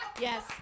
Yes